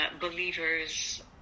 believers